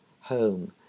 home